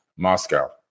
Moscow